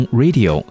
radio